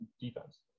defense